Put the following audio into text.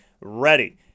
ready